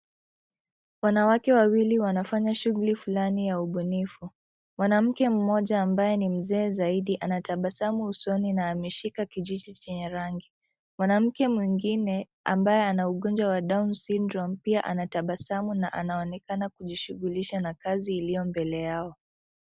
Wanawake wawili wanafanya shughuli fulani ya ubunifu. Mwanamke mmoja ambaye ni mzee zaidi anatabasamu usoni na ameshika kijiti chenye rangi. Mwanamke mwingine ambaye ana ugonjwa wa down syndrome pia anatabasamu na anaonekana kujishughulisha na kazi iliyo mbele yao.